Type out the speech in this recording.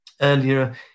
earlier